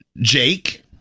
Jake